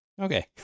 Okay